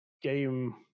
game